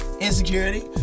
insecurity